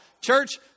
church